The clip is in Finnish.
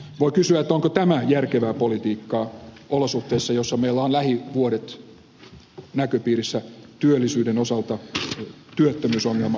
voi kysyä onko tämä järkevää politiikkaa olosuhteissa joissa meillä on lähivuodet näköpiirissä työllisyyden osalta työttömyysongelma ei työvoimapula